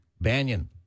Banyan